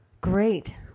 Great